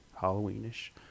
halloween-ish